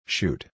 Shoot